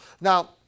Now